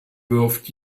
wirft